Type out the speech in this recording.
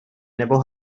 nebo